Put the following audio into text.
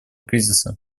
кризиса